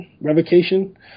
Revocation